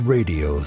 Radio